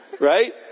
right